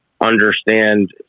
understand